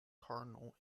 cardinal